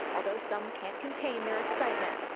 although, some can't contain their excitement.